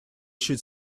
should